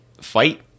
fight